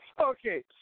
Okay